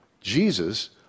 Jesus